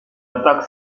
attaquent